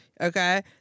Okay